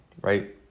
right